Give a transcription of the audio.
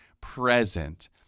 present